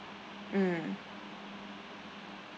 mm